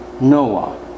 Noah